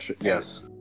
yes